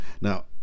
now